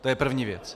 To je první věc.